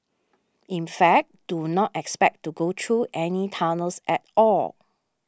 in fact do not expect to go through any tunnels at all